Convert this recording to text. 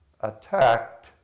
attacked